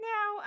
Now